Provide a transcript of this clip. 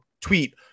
tweet